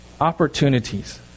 opportunities